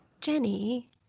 Jenny